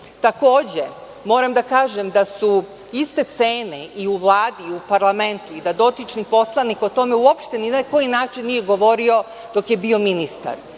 Srbije. Takođe, moram da kažem da su iste cene i u Vladi u parlamentu i da dotični poslanik o tome uopšte ni na koji način nije govorio dok je bio ministar.